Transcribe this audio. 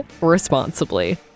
responsibly